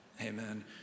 amen